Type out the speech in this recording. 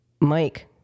Mike